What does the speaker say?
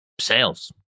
sales